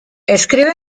escribe